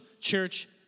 church